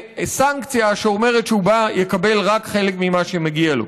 בסנקציה שאומרת שהוא יקבל רק חלק ממה שמגיע לו.